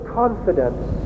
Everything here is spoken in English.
confidence